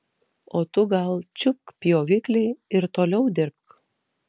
o tu gal čiupk pjoviklį ir toliau dirbk